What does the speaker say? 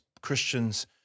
Christians